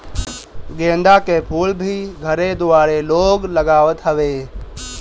गेंदा के फूल भी घरे दुआरे लोग लगावत हवे